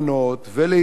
וליתומים,